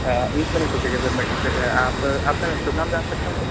हाँ हाँ एक मिनट रुकिएगा मैं आप आपका शुभ नाम जान सकता हूँ सर